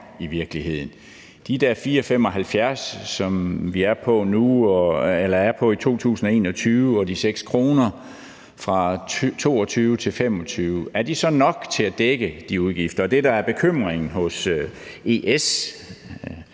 de der 4,75 kr., som vi er på i 2021, og de 6 kr. fra 2022 til 2025, så nok til at dække de udgifter? Det, der er bekymringen hos ES